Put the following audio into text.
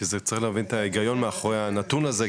כי זה צריך להבין את ההיגיון מאחורי הנתון הזה,